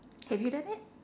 have you done it